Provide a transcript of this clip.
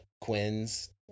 Quinn's